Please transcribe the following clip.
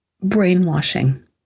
brainwashing